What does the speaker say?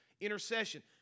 Intercession